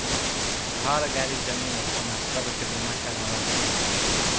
घर, गाड़ी, जमीन, सोना सब के बीमा करावल जाला